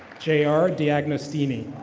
j r. diagno steamy.